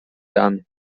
dan